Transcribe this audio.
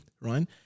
right